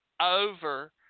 over